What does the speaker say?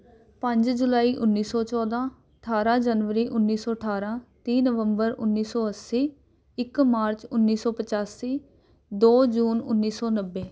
ਪੰਜ ਜੁਲਾਈ ਉੱਨੀ ਸੌ ਚੌਦਾਂ ਅਠਾਰਾਂ ਜਨਵਰੀ ਉੱਨੀ ਸੌ ਅਠਾਰਾਂ ਤੀਹ ਨਵੰਬਰ ਉੱਨੀ ਸੌ ਅੱਸੀ ਇੱਕ ਮਾਰਚ ਉੱਨੀ ਸੌ ਪਚਾਸੀ ਦੋ ਜੂਨ ਉੱਨੀ ਸੌ ਨੱਬੇ